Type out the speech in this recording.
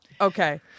Okay